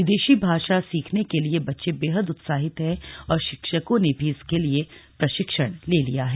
विदेशी भाषा सीखने के लिए बच्चे बेहत उत्साहित हैं और शिक्षकों ने भी इसके लिए प्रशिक्षण ले लिया है